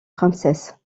princesse